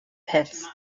pits